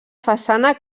façana